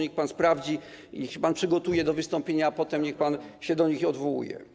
Niech pan sprawdzi, niech się pan przygotuje do wystąpienia, a potem niech pan się do nich odwołuje.